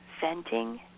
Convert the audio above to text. venting